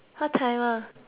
what timer